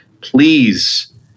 Please